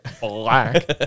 black